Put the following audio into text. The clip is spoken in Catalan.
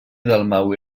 dalmau